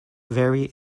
vary